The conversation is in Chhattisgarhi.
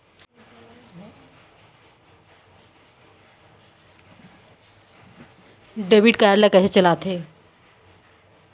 डेबिट कारड ला कइसे चलाते?